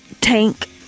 tank